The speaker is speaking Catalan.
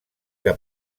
que